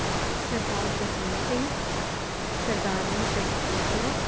Sardar Jaswant Singh Sardarni Jasvir Kaur